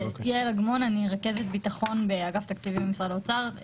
אני רכזת ביטחון באגף תקציבים במשרד האוצר.